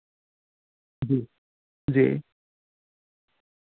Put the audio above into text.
जी जी